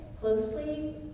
closely